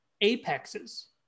apexes